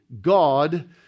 God